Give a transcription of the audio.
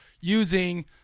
using